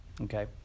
Okay